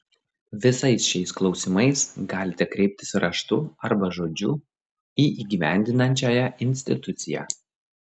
visais šiais klausimais galite kreiptis raštu arba žodžiu į įgyvendinančiąją instituciją